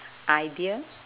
idea